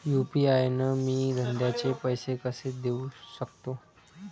UPI न मी धंद्याचे पैसे कसे देऊ सकतो?